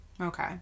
Okay